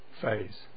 phase